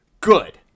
Good